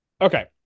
Okay